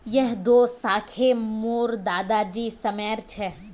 यह दो शाखए मोर दादा जी समयर छे